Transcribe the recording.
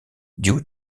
due